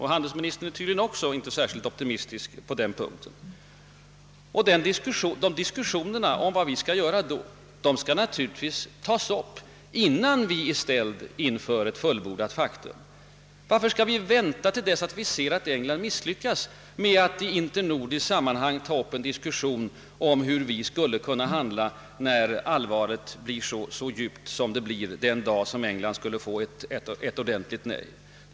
Handelsministern är tydligen inte heller särskilt optimistisk beträffande England. Diskussionerna om vad vi skall göra bör därför tagas upp innan vi har ställts inför fullbordat faktum. Varför skall vi vänta, tills vi ser att England misslyckas att i internordiskt sammanhang ta upp en diskussion om hur vi skulle kunna handla när England fått ett klart nej?